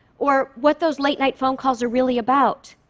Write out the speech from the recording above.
or what those late-night phone calls are really about.